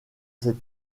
ses